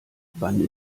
wann